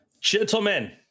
Gentlemen